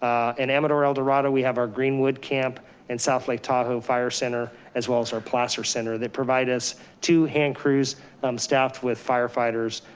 in amador eldorado, we have our greenwood camp and south lake tahoe fire center, as well as our placer center that provide us two hand crews staffed with firefighters